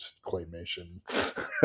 claymation